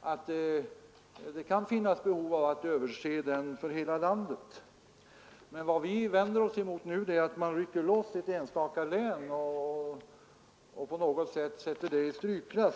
att det kan finnas behov av att överse den för hela landet. Vad vi vänder oss emot nu är att rycka loss ett enstaka län och på något sätt ställa det i strykklass.